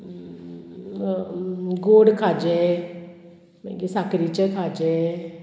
गोड खाजें मागीर साकरीचें खाजें